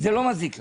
זה לא מזיק לך.